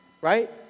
right